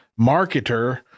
marketer